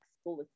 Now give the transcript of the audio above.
school